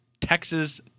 Texas